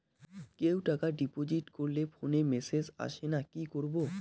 কেউ টাকা ডিপোজিট করলে ফোনে মেসেজ আসেনা কি করবো?